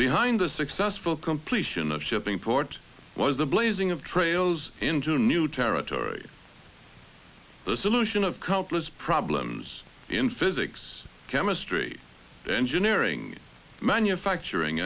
behind the successful completion of shipping port was the blazing of trails into new territory the solution of countless problems in physics chemistry engineering manufacturing